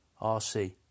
RC